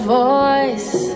voice